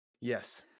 Yes